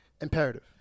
imperative